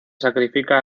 sacrifica